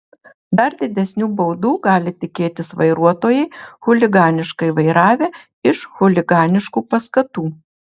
dar didesnių baudų gali tikėtis vairuotojai chuliganiškai vairavę iš chuliganiškų paskatų